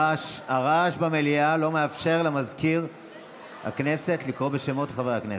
הרעש במליאה לא מאפשר למזכיר הכנסת לקרוא בשמות חברי הכנסת.